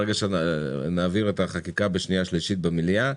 ברגע שנעביר את החקיקה בשנייה ובשלישית במליאה,